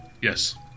Yes